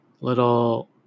little